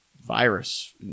virus